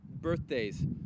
birthdays